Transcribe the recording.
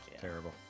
terrible